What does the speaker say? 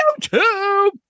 YouTube